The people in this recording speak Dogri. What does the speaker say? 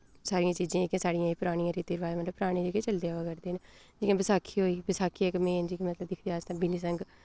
साढ़ियें चीजें जेह्की साढ़ियां एह पराने रीति रवाज मतलब पराने जेह्के चलदे आवै करदे न जि'यां बसाखी होई बसाखी इक मेन जेह्की मतलब दिक्खदे अस ते बिनिसंग